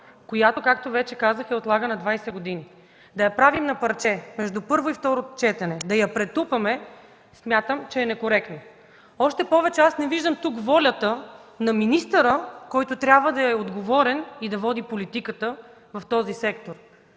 която, както вече казах, е отлагана 20 години. Да я правим на парче между първо и второ четене, да я претупаме, смятам, че е некоректно. Още повече аз не виждам тук волята на министъра, който трябва да е отговорен и да води политиката в този сектор.